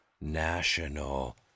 National